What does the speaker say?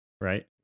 Right